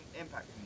impact